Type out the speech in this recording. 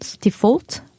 default